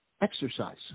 exercise